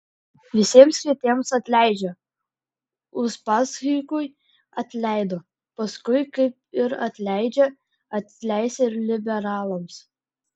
visiems kitiems atleidžia uspaskichui atleido paksui kaip ir atleidžia atleis ir liberalams